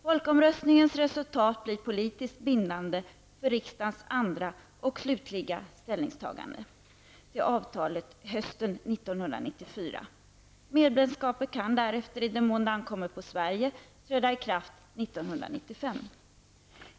Folkomröstningens resultat bör bli politiskt bindande för riksdagens andra och slutliga ställningstagande till avtalet hösten 1994. Medlemskapet kan därefter, i den mån det ankommer på Sverige, träda i kraft 1995.